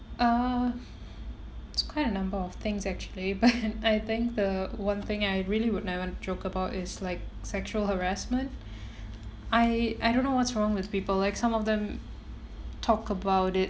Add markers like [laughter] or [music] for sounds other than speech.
uh it's quite a number of things actually [laughs] but I think the one thing I really would never joke about is like sexual harassment I I don't know what's wrong with people like some of them talk about it